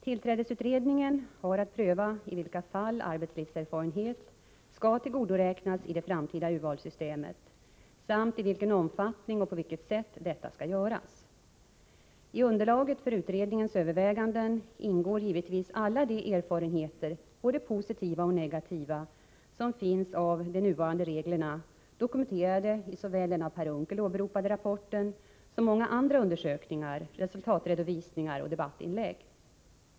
Tillträdesutredningen har att pröva i vilka fall arbetslivserfarenhet skall tillgodoräknas i det framtida urvalssystemet samt i vilken omfattning och på vilket sätt detta skall göras. I underlaget för utredningens överväganden ingår givetvis alla de erfarenheter — både positiva och negativa — som finns av de nuvarande reglerna, dokumenterade i såväl den av Per Unckel åberopade rapporten som många andra undersökningar, resultatredovisningar och debattinlägg.